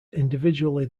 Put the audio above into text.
individually